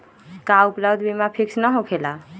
का उपलब्ध बीमा फिक्स न होकेला?